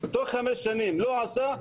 תוך חמש שנים לא עשה,